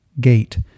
gate